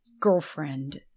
girlfriend